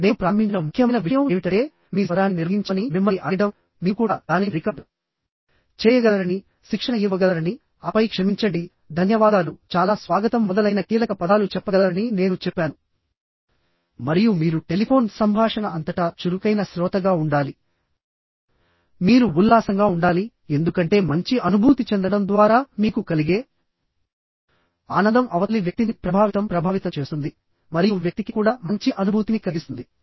నేను ప్రారంభించిన ముఖ్యమైన విషయం ఏమిటంటే మీ స్వరాన్ని నిర్వహించమని మిమ్మల్ని అడగడంమీరు కూడా దానిని రికార్డ్ చేయగలరని శిక్షణ ఇవ్వగలరని ఆపై క్షమించండి ధన్యవాదాలు చాలా స్వాగతం మొదలైన కీలక పదాలు చెప్పగలరని నేను చెప్పాను మరియు మీరు టెలిఫోన్ సంభాషణ అంతటా చురుకైన శ్రోతగా ఉండాలి మీరు ఉల్లాసంగా ఉండాలిఎందుకంటే మంచి అనుభూతి చెందడం ద్వారా మీకు కలిగే ఆనందం అవతలి వ్యక్తిని ప్రభావితం ప్రభావితం చేస్తుంది మరియు వ్యక్తికి కూడా మంచి అనుభూతిని కలిగిస్తుంది